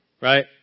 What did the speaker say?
Right